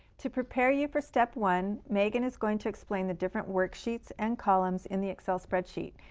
to prepare you for step one, megan is going to explain the different worksheets and columns in the excel spreadsheet.